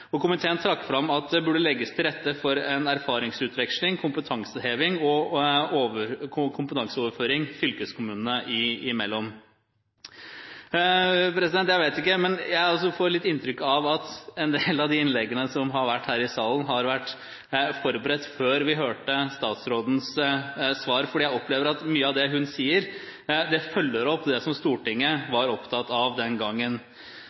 arbeid. Komiteen trakk fram at det burde legges til rette for erfaringsutveksling, kompetanseheving og kompetanseoverføring fylkeskommunene imellom. Jeg vet det ikke, men jeg også får litt inntrykk av en del av de innleggene som har vært her i salen, har vært forberedt før vi hørte statsrådens svar, for jeg opplever at mye av det hun sier, følger opp det som Stortinget var opptatt av den gangen.